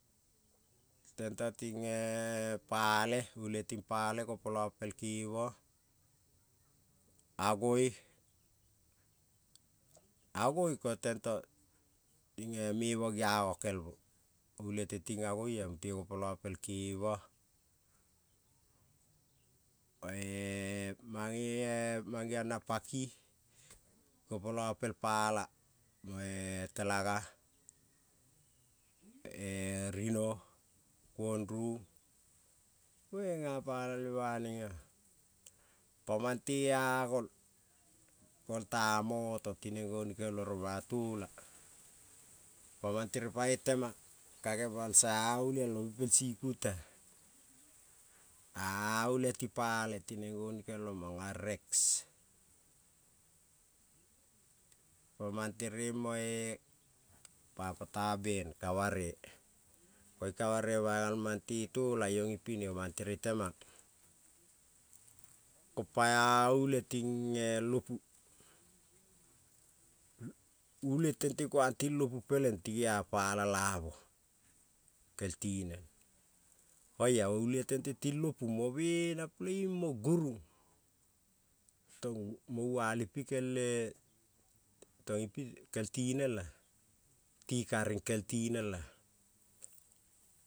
Tem to ting-e pale ule ting pale gopola pel keva, agoi, agoi ko tento tingie mevo giago kel mo ule te ting agoi-a mute gopola gel keva, oia mang-nge mang-geong na paki gopola pel pala mo-e telaga,-e- rino kuondrung, mange gena palalve baneng-a pa mante a gol golta moto tineng gonikelmo rong batola, pa man tereng pangoi temang kage baka-a-aolial opi pel sikut-e, a-aolial tipale tineng gonikelmo manga rex, pa mangtereng mo papa ta ben kavare koiung kavare baigal mante tola iong ipine mang tereng temang, ko pa-a ule ting-e lopu, ule tente kuang ting lopu peleng ti gea pala lamo kel tinel, oia ule tente ting lapu mo be-na peleng-ing mo gorung tong mo val ipi kele kel tinel ti karing kel tinel-a.